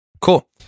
Cool